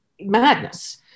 madness